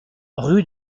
rue